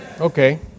Okay